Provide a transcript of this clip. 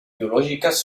biològiques